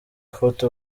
foto